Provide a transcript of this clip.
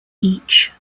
each